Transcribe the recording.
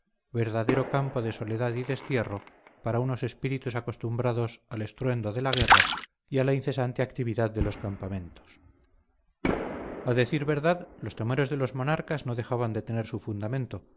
verdadero campo de soledad y destierro para unos espíritus acostumbrados al estruendo de la guerra y a la incesante actividad de los campamentos a decir verdad los temores de los monarcas no dejaban de tener su fundamento